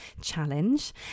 Challenge